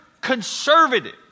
conservative